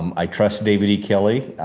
um i trust david e. kelley.